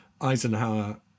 Eisenhower